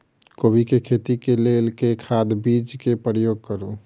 कोबी केँ खेती केँ लेल केँ खाद, बीज केँ प्रयोग करू?